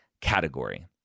category